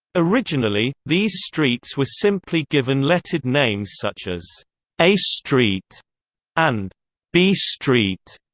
originally, these streets were simply given lettered names such as a street and b street,